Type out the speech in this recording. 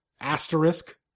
Asterisk